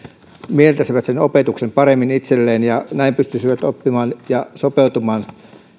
mieltäisivät sen opetuksen paremmin itselleen ja näin pystyisivät oppimaan ja sopeutumaan